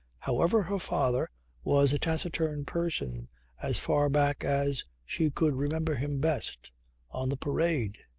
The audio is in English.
however her father was a taciturn person as far back as she could remember him best on the parade.